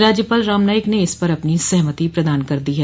राज्यपाल राम नाईक ने इस पर अपनी सहमति प्रदान कर दी है